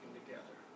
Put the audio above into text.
together